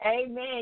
Amen